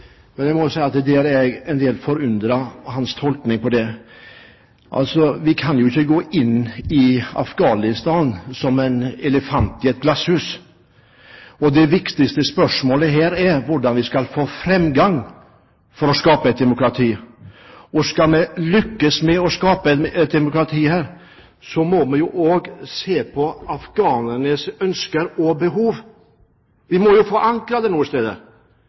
men jeg må si jeg er forundret over hans tolkning av det. Vi kan jo ikke gå inn i Afghanistan som en elefant i et glasshus. Det viktigste spørsmålet her er hvordan vi skal få framgang i å skape et demokrati. Skal vi lykkes med å skape et demokrati her, må vi også se på afghanernes ønsker og behov – vi må jo forankre det noen steder.